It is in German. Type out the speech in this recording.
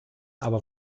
aber